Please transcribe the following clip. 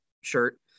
shirt